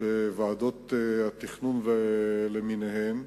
בוועדות התכנון למיניהן,